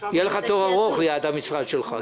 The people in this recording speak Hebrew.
--- יהיה תור ארוך ליד המשרד שלך.